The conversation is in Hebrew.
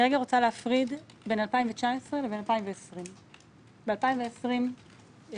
אני רוצה להפריד בין 2019 לבין 2020. ב-2020 יש